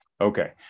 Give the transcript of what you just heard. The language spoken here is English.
Okay